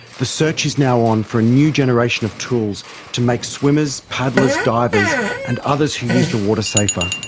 the search is now on for a new generation of tools to make swimmers, paddlers, divers and others who use the water safer.